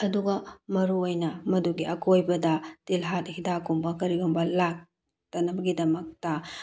ꯑꯗꯨꯒ ꯃꯔꯨ ꯑꯣꯏꯅ ꯃꯗꯨꯒꯤ ꯑꯀꯣꯏꯕꯗ ꯇꯤꯜꯍꯥꯠ ꯍꯤꯗꯛꯀꯨꯝꯕ ꯀꯔꯤꯒꯨꯝꯕ ꯂꯛꯇꯅꯕꯒꯤꯗꯃꯛꯇ